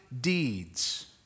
deeds